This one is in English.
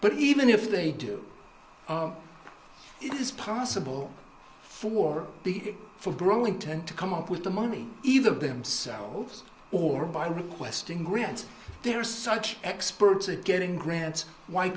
but even if they do it is possible for the for growing tent to come up with the money either themselves or by requesting grants they're such experts at getting grants why